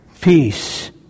Peace